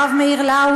הרב מאיר לאו,